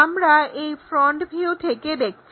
আমরা এই front view থেকে দেখছি